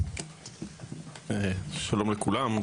שלום לכולם.